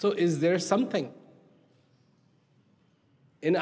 so is there something in